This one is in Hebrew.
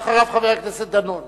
ואחריו, חבר הכנסת דנון,